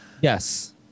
Yes